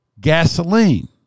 Gasoline